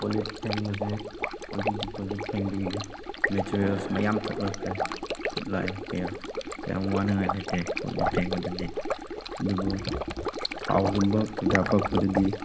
ꯀꯣꯜꯂꯤꯛ ꯐꯦꯡꯕꯁꯦ ꯍꯧꯖꯤꯛꯇꯤ ꯀꯣꯜꯂꯤꯛ ꯐꯦꯡꯕꯒꯤ ꯃꯦꯇꯔꯦꯜꯁ ꯃꯌꯥꯝ ꯊꯣꯛꯂꯛꯈ꯭ꯔꯦ ꯈꯨꯠꯂꯥꯏ ꯀꯌꯥ ꯀꯌꯥꯝ ꯋꯥꯅꯤꯡꯉꯥꯏ ꯂꯩꯇꯦ ꯀꯣꯜꯂꯤꯛ ꯐꯦꯡꯕꯗꯗꯤ ꯑꯗꯨꯕꯨ ꯊꯥꯎꯒꯨꯝꯕ ꯀꯩꯀꯥ ꯄꯛꯄꯗꯗꯤ